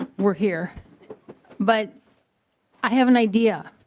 were here but i have an idea.